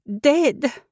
Dead